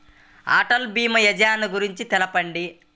అటల్ భీమా యోజన గురించి తెలుపండి?